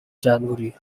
january